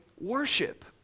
worship